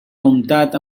comptat